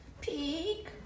Peek